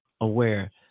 aware